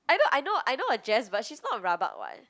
I know I know I know a Jess but she's not rabak [what]